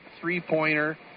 three-pointer